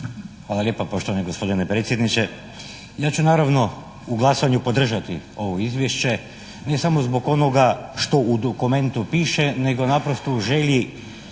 Hvala lijepa poštovani gospodine predsjedniče. Ja ću naravno u glasanju podržati ovo Izvješće ne samo zbog onoga što u dokumentu piše nego naprosto u želji